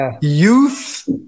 youth